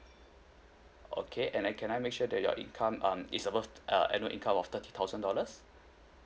okay and I can I make sure that your income um is above uh annual income of thirty thousand dollars